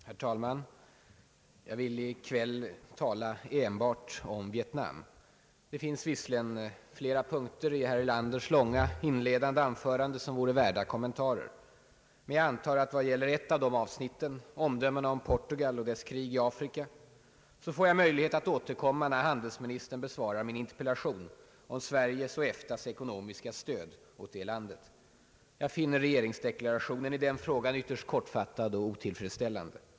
Herr talman! Jag vill i kväll tala enbart om Vietnam. Det finns visserligen flera punkter i herr Erlanders långa inledande anförande som vore värda kommentarer. Men jag antar att jag vad gäller ett av dessa avsnitt, nämligen omdömena om Portugal och dess krig i Afrika, får möjlighet att återkomma, när handelsministern besvarar min interpellation om Sveriges och EFTA:s ekonomiska stöd åt det landet. Jag finner regeringsdeklarationen i den frågan ytterst kortfat tad och otillfredsställande.